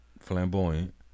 flamboyant